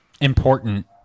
important